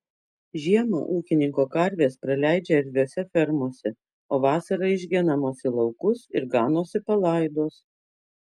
žiemą ūkininko karvės praleidžia erdviose fermose o vasarą išgenamos į laukus ir ganosi palaidos